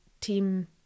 team